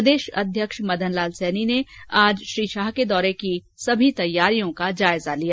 प्रदेश अध्यक्ष मदनलाल सैनी ने आज शाह के दौरे की सभी तैयारियां का जायजा लिया